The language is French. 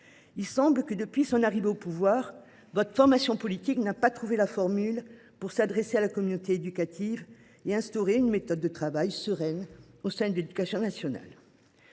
Il semble que, depuis son arrivée au pouvoir, votre formation politique n’ait pas trouvé la formule pour s’adresser à la communauté éducative et instaurer une méthode de travail sereine au sein de l’éducation nationale.